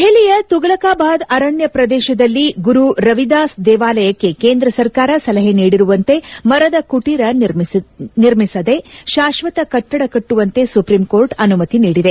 ದೆಹಲಿಯ ತುಫಲಕ್ಬಾದ್ ಅರಣ್ಣ ಪ್ರದೇಶದಲ್ಲಿ ಗುರು ರವಿದಾಸ್ ದೇವಾಲಯಕ್ಕೆ ಕೇಂದ್ರ ಸರ್ಕಾರ ಸಲಹೆ ನೀಡಿರುವಂತೆ ಮರದ ಕುಟೀರ ನಿರ್ಮಿಸದೆ ಶಾಶ್ವತ ಕಟ್ಟಡ ಕಟ್ಟುವಂತೆ ಸುಪ್ರೀಂ ಕೋರ್ಟ್ ಅನುಮತಿ ನೀಡಿದೆ